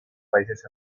países